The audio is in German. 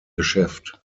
geschäft